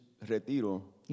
retiro